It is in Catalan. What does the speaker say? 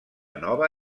nova